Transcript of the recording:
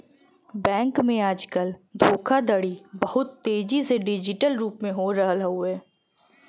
bank में आजकल धोखाधड़ी बहुत तेजी से डिजिटल रूप में हो रहल हउवे